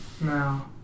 No